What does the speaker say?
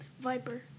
viper